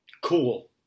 cool